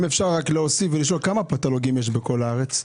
אם אפשר להוסיף כמה פתולוגים משפטיים יש בארץ?